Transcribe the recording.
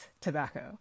tobacco